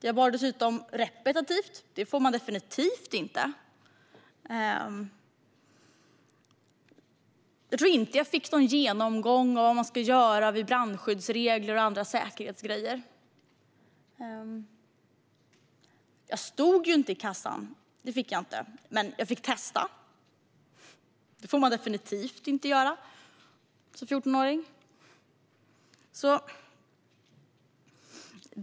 Jag bar dessutom repetitivt - det får man definitivt inte. Jag tror inte att jag fick någon genomgång av brandskyddsregler och andra säkerhetsföreskrifter. Jag stod inte i kassan - det fick jag inte - men jag fick testa. Det får man definitivt inte göra som 14-åring.